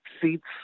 seats